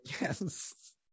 Yes